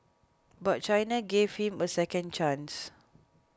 but China gave him a second chance